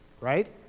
right